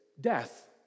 death